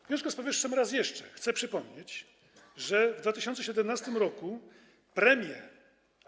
W związku z powyższym raz jeszcze chcę przypomnieć, że w 2017 r. premier.